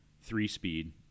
three-speed